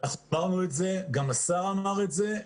אמרנו את זה וגם השר אמר את זה.